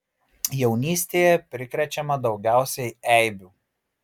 jaunystėje prikrečiama daugiausiai eibių